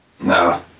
No